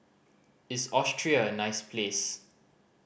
is Austria a nice place